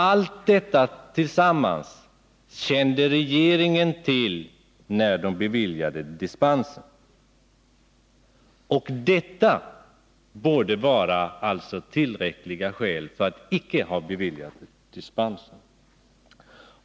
Allt detta tillsammans kände regeringen till när den beviljade dispensen, och detta borde varit tillräckliga skäl för att icke bevilja den.